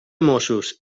mossos